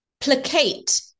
placate